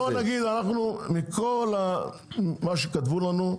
אז בוא נגיד, מכל מה שכתבו לנו,